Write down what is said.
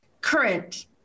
current